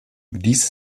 diese